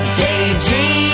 daydream